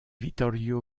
vittorio